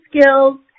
skills